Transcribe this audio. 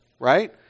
right